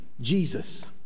Jesus